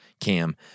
Cam